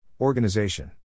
Organization